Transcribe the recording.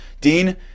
Dean